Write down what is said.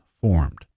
formed